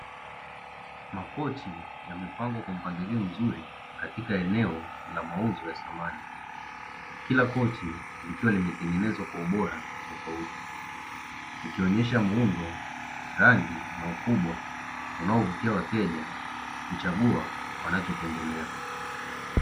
Makochi yamepangwa kwa mpangilio mzuri katika eneo la mauzo ya samani, kila kochi likiwa limetengenezwa kwa ubora tofauti, ikionyesha muundo, rangi na ukubwa, unayovutia wateja kuchagua wanachopendelea.